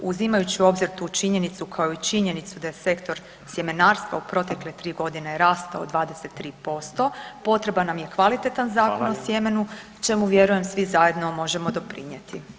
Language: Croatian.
Uzimajući u obzir tu činjenicu kao i činjenicu da je sektor sjemenarstva u protekle 3 g. rastao 23%, potreban nam je kvalitetan Zakon o sjemenu [[Upadica Radin: Hvala.]] čemu vjerujem svi zajedno možemo doprinijeti.